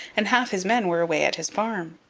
and half his men were away at his farm.